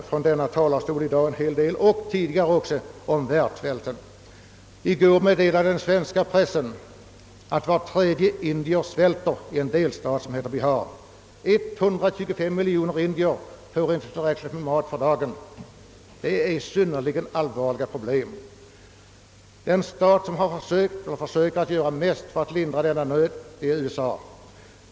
Från denna talarstol har en hel del också sagts om världssvälten. I går meddelade den svenska pressen att var tredje indier svälter i en delstat som heter Bihar. 125 miljoner indier får inte tillräckligt med mat för dagen. Problemen är alltså synnerligen allvarliga. Det land som försöker göra mest för ati lindra denna nöd är USA.